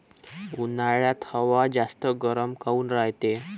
उन्हाळ्यात हवा जास्त गरम काऊन रायते?